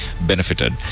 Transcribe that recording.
benefited